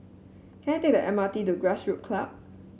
can I take the M R T to Grassroots Club